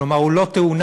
כלומר הוא לא תאונה,